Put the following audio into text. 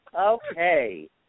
Okay